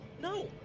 No